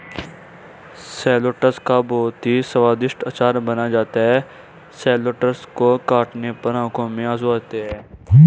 shallots का बहुत ही स्वादिष्ट अचार बनाया जाता है शैलोट्स को काटने पर आंखों में आंसू आते हैं